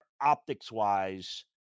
optics-wise